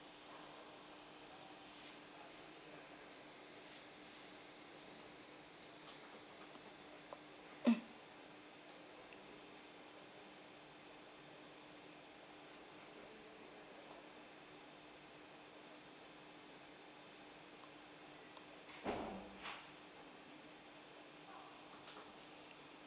mm